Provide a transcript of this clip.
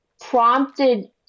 prompted